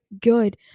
good